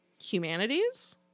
humanities